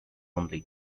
only